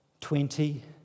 twenty